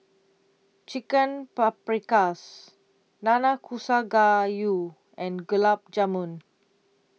Chicken Paprikas Nanakusa Gayu and Gulab Jamun